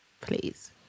please